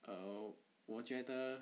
err 我觉得